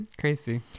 Crazy